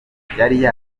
ariko